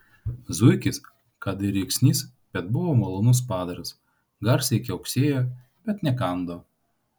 zuikis kad ir rėksnys bet buvo malonus padaras garsiai kiauksėjo bet nekando